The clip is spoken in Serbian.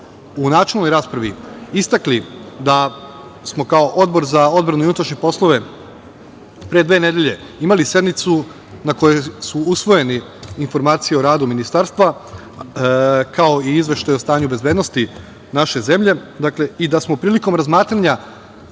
u načelnoj raspravi istakli da smo kao Odbor za odbranu i unutrašnje poslove pre dve nedelje imali sednicu na kojoj je usvojena Informacija o radu ministarstva, kao i Izveštaj o stanju bezbednosti naše zemlje i da smo prilikom razmatranja